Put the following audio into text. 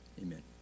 amen